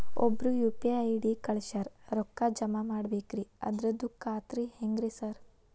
ಒಬ್ರು UPI ID ಕಳ್ಸ್ಯಾರ ರೊಕ್ಕಾ ಜಮಾ ಮಾಡ್ಬೇಕ್ರಿ ಅದ್ರದು ಖಾತ್ರಿ ಹೆಂಗ್ರಿ ಸಾರ್?